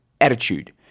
attitude